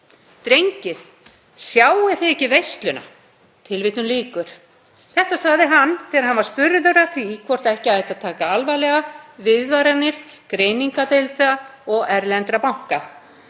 „Drengir, sjáið þið ekki veisluna?“ Þetta sagði hann þegar hann var spurður að því hvort ekki ætti að taka alvarlega viðvaranir greiningardeilda og erlendra banka.